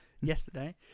Yesterday